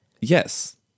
yes